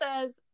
says